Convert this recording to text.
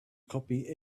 copy